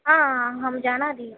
आ अहं जानामि